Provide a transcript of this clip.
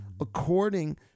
according